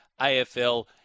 AFL